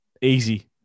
easy